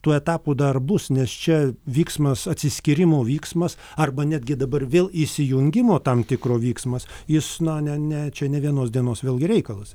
tų etapų dar bus nes čia vyksmas atsiskyrimo vyksmas arba netgi dabar vėl įsijungimo tam tikro vyksmas jis na ne ne čia ne vienos dienos vėlgi reikalas